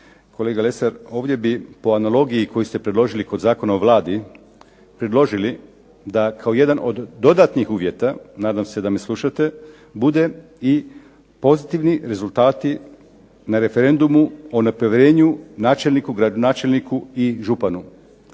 kolega Lesar, ovdje bi po analogiji koju ste predložili kod Zakona o Vladi predložili da kao jedan od dodatnih uvjeta, nadam se da me slušate, bude i pozitivni rezultati na referendumu o nepovjerenju načelniku, gradonačelniku i županu.